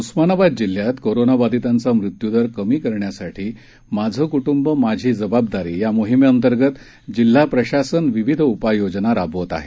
उस्मानाबाद जिल्ह्यात कोरोना बाधितांचा मृत्युदर कमी करण्यासाठी माझं कुटुंब माझी जबाबदारी या मोहिमेअंतर्गत जिल्हा प्रशासन विविध उपाययोजना राबवत आहे